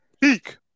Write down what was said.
Peak